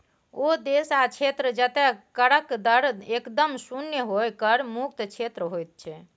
ओ देश वा क्षेत्र जतय करक दर एकदम शुन्य होए कर मुक्त क्षेत्र होइत छै